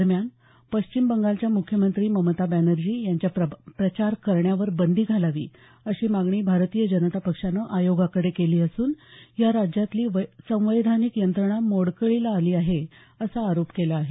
दरम्यान पश्चिम बंगालच्या मुख्यमंत्री ममता बॅनर्जी यांच्या प्रचार करण्यावर बंदी घालावी अशी मागणी भारतीय जनता पक्षानं आयोगाकडे केली असून या राज्यातली संवैधानिक यंत्रणा मोडकळीला आली आहे असा आरोप केला आहे